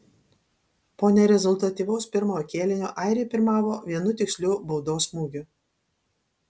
po nerezultatyvaus pirmojo kėlinio airiai pirmavo vienu tiksliu baudos smūgiu